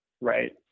right